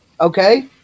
okay